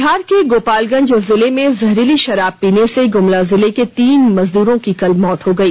बिहार के गोपालगंज जिले में जहरीली शराब पीने से गुमला जिले के तीन मजदूरों की कल मौत हो गई